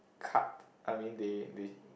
cut I mean they they